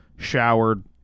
Showered